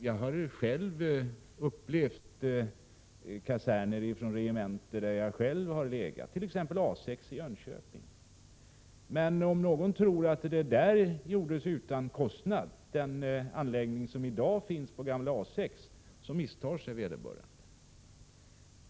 Jag har själv erfarenheter från kaserner på regementen där jag har legat, t.ex. A 6i Jönköping. Men om någon tror att den anläggning som i dag finns på gamla A 6 har tillkommit utan kostnad, misstar sig vederbörande.